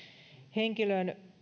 henkilön